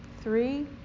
three